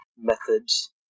methods